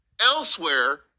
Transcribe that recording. elsewhere